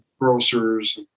Grocers